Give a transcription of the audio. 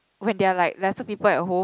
when there are like lesser people at home